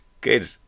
Good